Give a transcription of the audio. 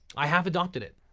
i have adopted it.